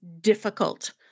difficult